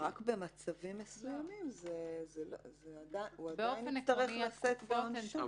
שרק במצבים מסוימים הוא עדיין יצטרך לשאת בעונשו.